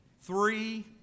Three